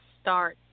start